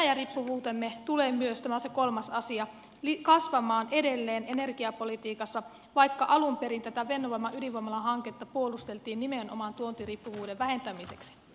ja venäjä riippuvuutemme tulee myös tämä on se kolmas asia kasvamaan edelleen energiapolitiikassa vaikka alun perin tätä fennovoiman ydinvoimalahanketta puolustettiin nimenomaan tuontiriippuvuuden vähentämisellä